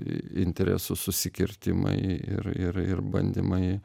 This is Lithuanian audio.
interesų susikirtimai ir ir ir bandymai